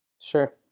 Sure